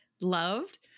loved